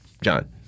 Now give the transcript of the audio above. John